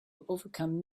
overcome